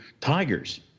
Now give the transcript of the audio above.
tigers